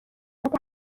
بعد